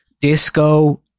disco